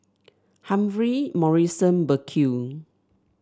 Humphrey Morrison Burkill